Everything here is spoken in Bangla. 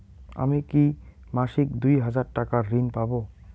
আমি কি মাসিক দুই হাজার টাকার ঋণ পাব?